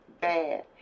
bad